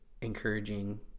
encouraging